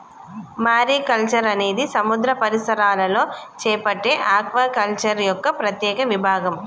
mariculture అనేది సముద్ర పరిసరాలలో చేపట్టే ఆక్వాకల్చర్ యొక్క ప్రత్యేక విభాగం